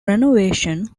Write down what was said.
renovation